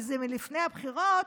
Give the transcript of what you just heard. כי זה מלפני הבחירות,